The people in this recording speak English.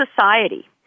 society